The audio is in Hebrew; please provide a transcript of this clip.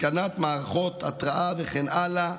התקנת מערכות התרעה וכן הלאה.